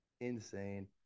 insane